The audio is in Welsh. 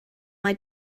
mai